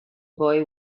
boy